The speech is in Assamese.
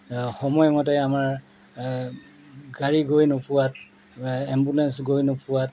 সময়মতে আমাৰ গাড়ী গৈ নোপোৱাত এম্বুলেন্স গৈ নোপোৱাত